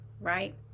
right